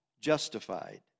justified